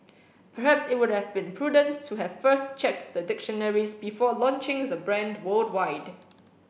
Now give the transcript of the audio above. perhaps it would have been prudent to have first checked the dictionaries before launching the brand worldwide